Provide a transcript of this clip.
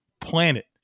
planet